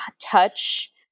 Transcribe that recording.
touch